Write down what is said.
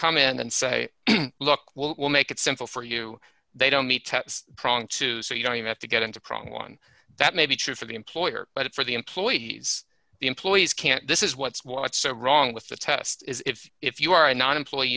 come in and say look we'll make it simple for you they don't meet prong two so you don't have to get into prong one that may be true for the employer but for the employees the employees can't this is what's what's so wrong with the test is if if you are not employee